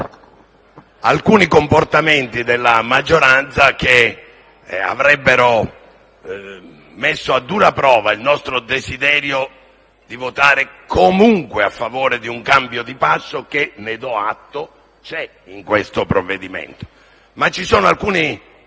in fondo alcuni comportamenti della maggioranza che hanno messo a dura prova il nostro desiderio di votare comunque a favore di un cambio di passo che - ne do atto - è presente nel provvedimento. Tuttavia, ci sono alcuni